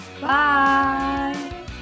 bye